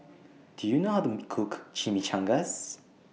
Do YOU know How to Cook Chimichangas